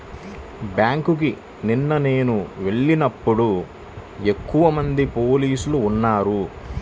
బ్యేంకుకి నిన్న నేను వెళ్ళినప్పుడు ఎక్కువమంది పోలీసులు ఉన్నారు